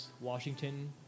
Washington